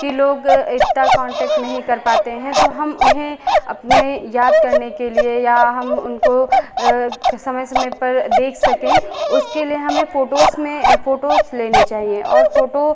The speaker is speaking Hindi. कि लोग इतना कॉन्टैक्ट नहीं कर पाते हैं तो हम उन्हें अपने याद करने के लिए या हम उनको समय समय पर देख सकें उसके लिए हमें फ़ोटोज़ में फ़ोटोज़ लेनी चाहिए और फ़ोटो